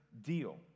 deal